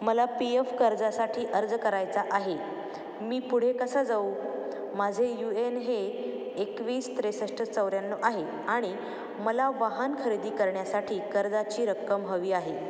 मला P F कर्जासाठी अर्ज करायचा आहे मी पुढे कसा जाऊ माझे यू ए एन हे एकवीस त्रेसष्ट चौऱ्याण्णव आहे आणि मला वाहन खरेदी करण्यासाठी कर्जाची रक्कम हवी आहे